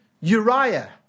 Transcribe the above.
Uriah